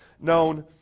known